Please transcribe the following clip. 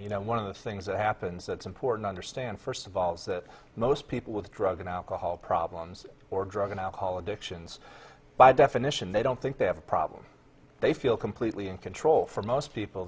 you know one of the things that happens that's important understand first of all is that most people with drug and alcohol problems or drug and alcohol addictions by definition they don't think they have a problem they feel completely in control for most people